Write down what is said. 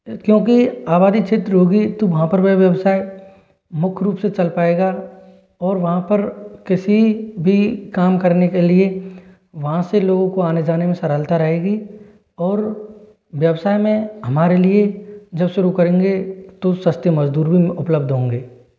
क्योंकि आबादी क्षेत्र होगी तो वहाँ पर वह व्यवसाय मुख्य रूप से चल पाएगा और वहाँ पर किसी भी काम करने के लिए वहाँ से लोगों को आने जाने में सरलता रहेगी और व्यवसाय में हमारे लिए जब शुरू करेंगे तो सस्ती मजदूर भी उपलब्ध होंगे